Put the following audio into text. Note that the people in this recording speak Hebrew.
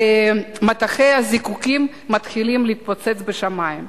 ומטחי הזיקוקין מתחילים להתפוצץ בשמים.